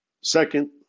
Second